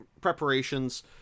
preparations